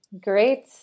Great